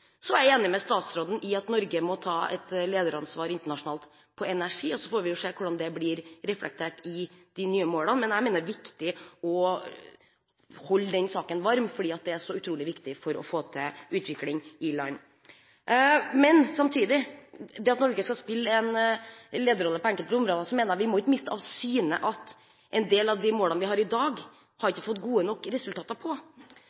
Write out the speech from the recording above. Så er jeg enig med statsråden i at Norge må ta et lederansvar internasjonalt når det gjelder energi. Så får vi se hvordan det blir reflektert i de nye målene. Men jeg mener det er viktig å holde den saken varm, fordi det er så utrolig viktig for å få til utvikling i land. Samtidig som Norge skal spille en lederrolle på enkelte områder, må vi ikke miste av syne at vi for en del av de målene vi har i dag, ikke har